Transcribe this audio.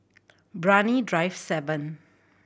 Brani Drive Seven